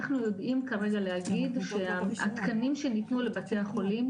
אנחנו יודעים כרגע להגיד שהתקנים שניתנו לבתי החולים,